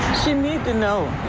she need to know.